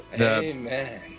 Amen